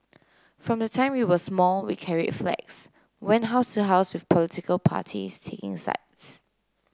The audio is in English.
from the time we were small we carried flags went house to house with political parties taking sides